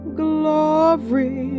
glory